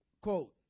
quote